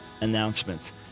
announcements